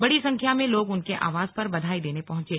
बड़ी संख्या में लोग उनके आवास पर बधाई देने पहंचे